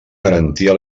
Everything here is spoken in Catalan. garantia